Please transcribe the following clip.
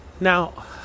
Now